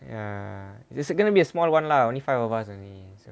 ya it's going to be a small one lah only five of us only so